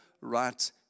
right